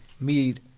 meet